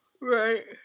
Right